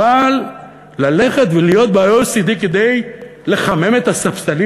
אבל ללכת ולהיות ב-OECD כדי לחמם את הספסלים